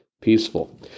peaceful